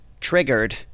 triggered